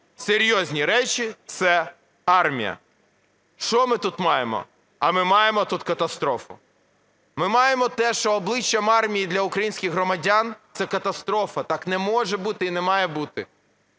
Серйозні речі – це армія. Що ми тут маємо? А ми маємо тут катастрофу. Ми маємо те, що обличчям армії для українських громадян це катастрофа, так не може бути і не має бути,